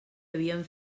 havien